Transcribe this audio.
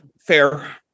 fair